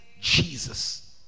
Jesus